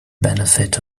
benefit